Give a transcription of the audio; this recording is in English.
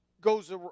goes